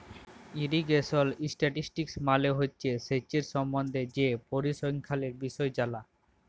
irrigation statistics মালে হছে সেঁচের সম্বল্ধে যে পরিসংখ্যালের বিষয় জালা